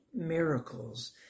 miracles